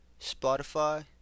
Spotify